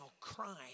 crying